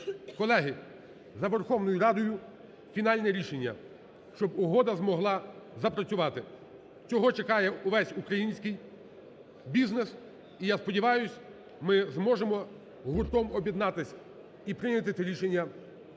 Колеги, за Верховною Радою фінальне рішення, щоб угода змогла запрацювати. Цього чекає увесь український бізнес, і я сподіваюсь, ми зможемо гуртом об'єднатися і прийняти це рішення